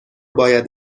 باید